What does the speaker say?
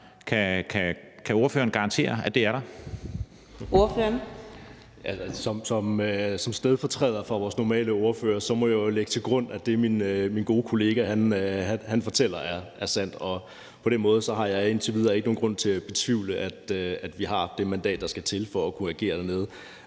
Steffen W. Frølund (LA): Som stedfortræder for vores sædvanlige ordfører må jeg jo lægge til grund, at det, min gode kollega fortæller, er sandt, og på den måde har jeg indtil videre ikke nogen grund til at betvivle, at vi har det mandat, der skal til, for at kunne agere dernede